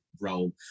role